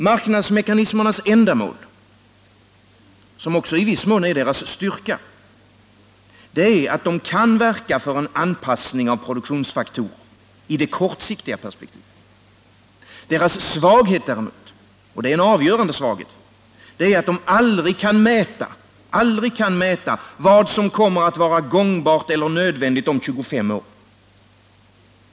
Marknadsmekanismernas ändamål — som också i viss mån är deras styrka — är att de kan verka för en anpassning av produktionsfaktorer i det kortsiktiga perspektivet. Deras svaghet däremot — och det är en avgörande svaghet — är att de aldrig kan mäta vad som kommer att vara gångbart eller nödvändigt om 25 år.